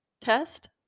test